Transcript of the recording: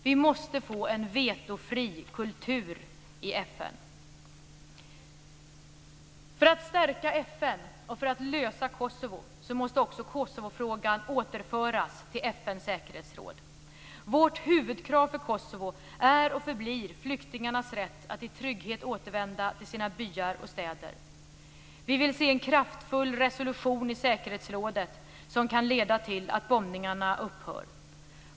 Vi måste få en vetofri kultur i För att stärka FN och för att lösa Kosovo måste också Kosovofrågan återföras till FN:s säkerhetsråd. Vårt huvudkrav för Kosovo är och förblir flyktingarnas rätt att i trygghet återvända till sina byar och städer. Vi vill se en kraftfull resolution i säkerhetsrådet som kan leda till att bombningarna upphör.